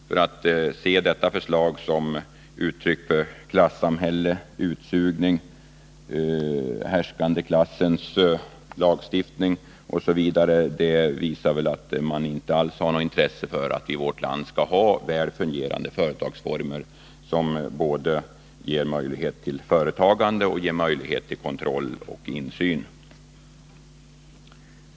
Att man ser detta förslag som uttryck för klassamhälle, utsugning, härskandeklassens lagstiftning osv. visar väl att man från vpk:s sida inte alls har något intresse för att vårt land skall ha väl fungerande företagsformer, som ger möjlighet till såväl företagande som kontroll och insyn.